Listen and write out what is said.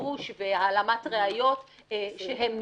שיבוש והעלמת ראיות שהן נלוות.